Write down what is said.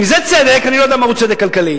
אם זה צדק אני לא יודע מהו צדק כלכלי.